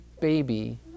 baby